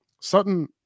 Sutton